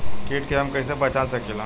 कीट के हम कईसे पहचान सकीला